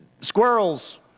Squirrels